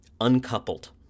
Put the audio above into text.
Uncoupled